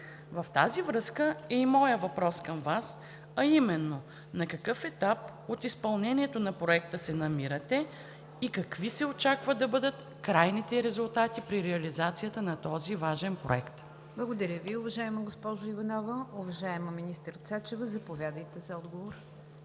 В тази връзка е и моят въпрос към Вас, а именно: на какъв етап от изпълнението на проекта се намирате и какви се очаква да бъдат крайните резултати при реализацията на този важен проект? ПРЕДСЕДАТЕЛ НИГЯР ДЖАФЕР: Благодаря Ви, уважаема госпожо Иванова. Уважаема министър Цачева, заповядайте за отговор.